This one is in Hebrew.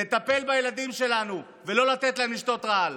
לטפל בילדים שלנו ולא לתת להם לשתות רעל.